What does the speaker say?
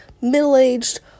middle-aged